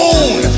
Own